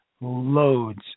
loads